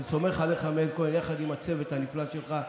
אני סומך עליך, מאיר כהן, יחד עם הצוות הנפלא שלך,